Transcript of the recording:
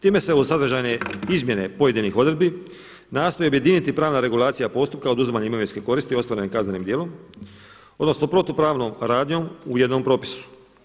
Time se u sadržajne izmjene pojedinih odredbi nastoji objediniti pravna regulacija postupka oduzimanja imovinske koristi ostvarene kaznenim djelom, odnosno protupravnom radnjom u jednom propisu.